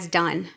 done